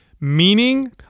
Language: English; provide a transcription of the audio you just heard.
Meaning-